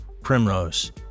Primrose